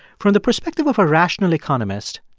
from the perspective of a rational economist,